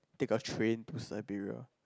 take a train to Siberia